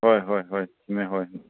ꯍꯣꯏ ꯍꯣꯏ ꯍꯣꯏ ꯆꯨꯝꯃꯦ ꯍꯣꯏ